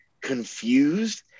confused